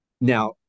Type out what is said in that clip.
now